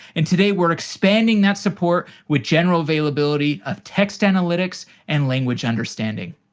and today, we're expanding that support with general availability of text analytics and language understanding.